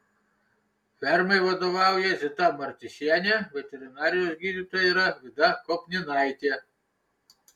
fermai vadovauja zita martyšienė veterinarijos gydytoja yra vida kopninaitė